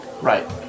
Right